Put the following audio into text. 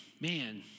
man